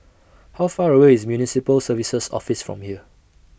How Far away IS Municipal Services Office from here